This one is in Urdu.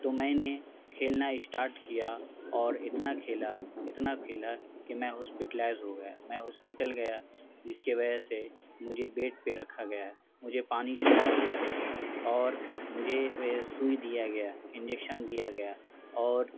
تو میں نے کھیلنا اسٹارٹ کیا اور اتنا کھیلا اتنا کھیلا کہ میں ہاسپٹلائز ہو گیا میں ہاسپٹل گیا جس کے وجہ سے مجھے بیڈ پہ رکھا گیا مجھے پانی چڑھایا گیا اور مجھے سوئی دیا گیا انجیکشن دیا گیا اور